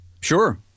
Sure